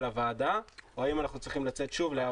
לוועדה או האם אנחנו צריכים לצאת שוב להערות הציבור.